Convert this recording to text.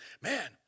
Man